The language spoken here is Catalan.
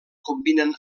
combinen